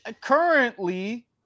Currently